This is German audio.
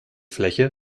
fläche